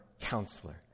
counselor